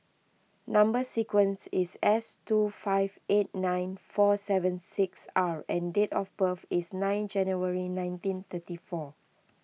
Number Sequence is S two five eight nine four seven six R and date of birth is nine January nineteen thirty four